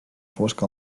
fosc